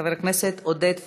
חבר הכנסת עודד פורר,